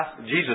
Jesus